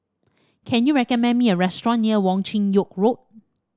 can you recommend me a restaurant near Wong Chin Yoke Road